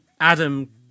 Adam